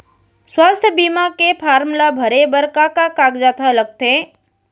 स्वास्थ्य बीमा के फॉर्म ल भरे बर का का कागजात ह लगथे?